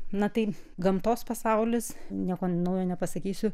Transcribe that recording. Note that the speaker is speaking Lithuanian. na tai gamtos pasaulis nieko naujo nepasakysiu